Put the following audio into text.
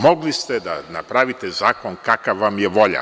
Mogli ste da napravite zakon kakav vam je volja.